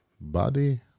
body